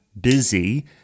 busy